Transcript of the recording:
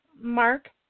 Mark